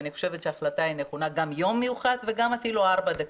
ואני חושבת שההחלטה נכונה גם יום מיוחד וגם ארבע דקות,